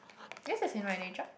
guess it's in my nature